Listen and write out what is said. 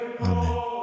Amen